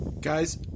Guys